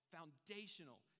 Foundational